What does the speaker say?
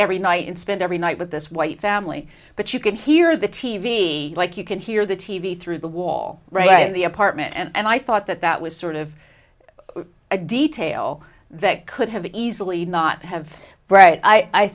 every night and spend every night with this white family but you can hear the t v like you can hear the t v through the wall right in the apartment and i thought that that was sort of a detail that could have easily not have bright i